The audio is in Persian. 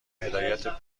هدایت